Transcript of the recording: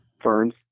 Ferns